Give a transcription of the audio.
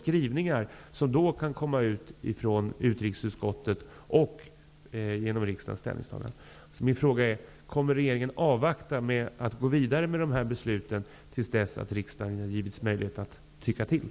Kommer regeringen således att avvakta med att gå vidare med dessa beslut till dess att riksdagen har givits möjlighet att tycka till?